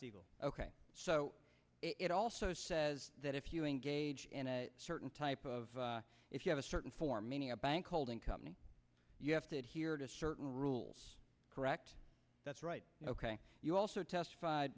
eagle ok so it also says that if you engage in a certain type of if you have a certain for many a bank holding company you have to add here to certain rules correct that's right ok you also testified